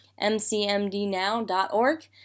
mcmdnow.org